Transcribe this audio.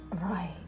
Right